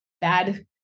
bad